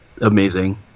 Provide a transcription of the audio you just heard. amazing